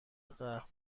قهوه